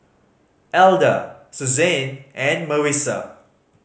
Alda Suzanne and Marisa